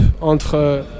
entre